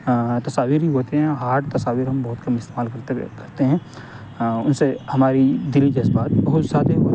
تصاویر ہی ہوتے ہیں ہارڈ تصاویر ہم بہت کم استعمال کرتے ہیں ان سے ہمارے دلی جذبات بہت سادے ہوتے ہیں